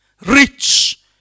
Rich